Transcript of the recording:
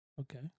Okay